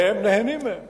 והם נהנים מהם